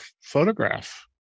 photograph